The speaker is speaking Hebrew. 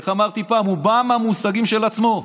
איך אמרתי פעם, הוא בא מהמושגים של עצמו.